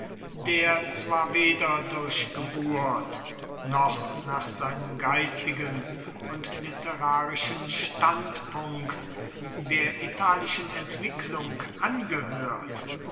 der zwar weder durch geburt noch nach seinem geistigen und literarischen standpunkt der italischen entwicklung angehört